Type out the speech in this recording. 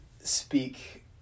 speak